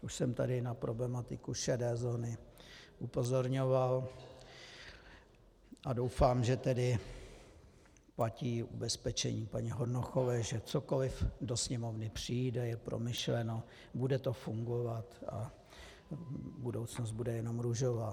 Už jsem tady na problematiku šedé zóny upozorňoval a doufám, že tedy platí ubezpečení paní Hornochové, že cokoliv do Sněmovny přijde, je promyšleno, bude to fungovat a budoucnost bude jenom růžová.